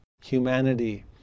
Humanity